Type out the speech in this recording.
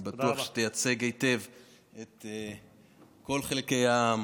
אני בטוח שתייצג היטב את כל חלקי העם